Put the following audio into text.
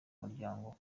muryango